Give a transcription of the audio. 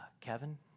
Kevin